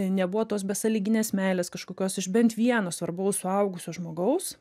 nebuvo tos besąlyginės meilės kažkokios iš bent vieno svarbaus suaugusio žmogaus